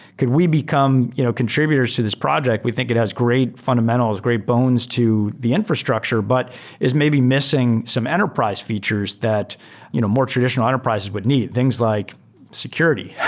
could we become you know contributors to this project? we think it has great fundamentals, great bones to the infrastructure, but is maybe missing some enterprise features that you know more traditional enterprises would need. things like security,